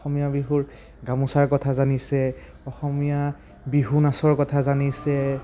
অসমীয়া বিহুৰ গামোচাৰ কথা জানিছে অসমীয়া বিহু নাচৰ কথা জানিছে